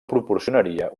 proporcionaria